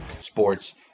sports